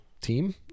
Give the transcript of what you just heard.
team